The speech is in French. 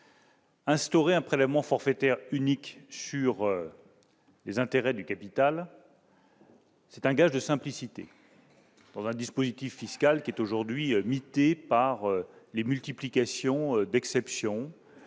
Instaurer un prélèvement forfaitaire unique sur les intérêts du capital, c'est un gage de simplicité dans un dispositif fiscal aujourd'hui mité par les exceptions